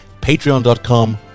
Patreon.com